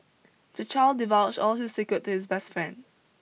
the child divulged all his secret to his best friend